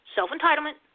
Self-entitlement